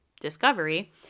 Discovery